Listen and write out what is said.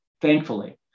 thankfully